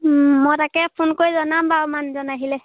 মই তাকে ফোন কৰি জনাম বাৰু মানুহজন আহিলে